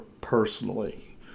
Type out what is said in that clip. personally